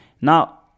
now